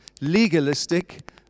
legalistic